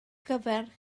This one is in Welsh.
gyfer